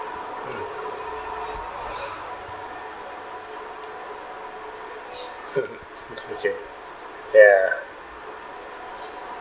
okay ya